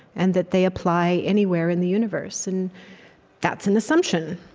and that they apply anywhere in the universe. and that's an assumption.